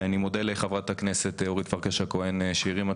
אני מודה לחברת הכנסת אורית פרקש הכהן שהרימה